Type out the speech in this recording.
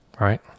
right